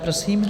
Prosím.